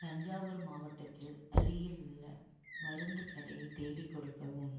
தஞ்சாவூர் மாவட்டத்தில் அருகில் உள்ள மருந்துக் கடையைத் தேடிக் கொடுக்கவும்